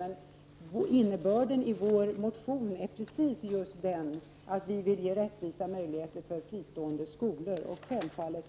Men innebörden i vår motion är just att vi vill ge rättvisa möjligheter för fristående skolor och självfallet